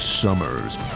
summer's